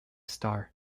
star